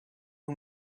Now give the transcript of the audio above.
who